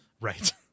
right